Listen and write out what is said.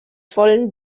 vollen